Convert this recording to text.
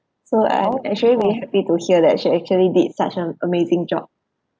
so I'm actually really happy to hear that she actually did such an amazing job